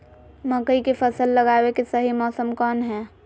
मकई के फसल लगावे के सही मौसम कौन हाय?